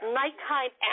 nighttime